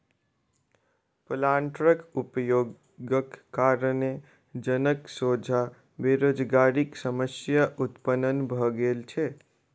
प्लांटरक उपयोगक कारणेँ जनक सोझा बेरोजगारीक समस्या उत्पन्न भ गेल छै